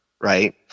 right